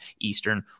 Eastern